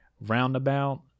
roundabout